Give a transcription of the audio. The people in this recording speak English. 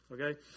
okay